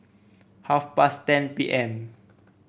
half past ten P M